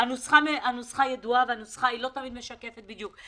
הנוסחה ידועה, והנוסחה לא תמיד משקפת בדיוק.